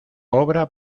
obra